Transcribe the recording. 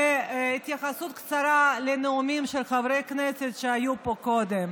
התייחסות קצרה לנאומים של חברי כנסת שהיו פה קודם: